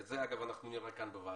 ואת זה, אגב, אנחנו נראה כאן בוועדה.